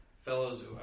Fellows